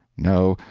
no,